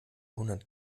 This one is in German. hundert